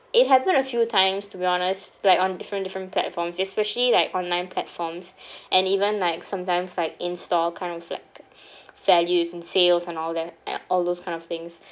it happened a few times to be honest like on different different platforms especially like online platforms and even like sometimes like in store kind of like values and sales and all that uh all those kind of things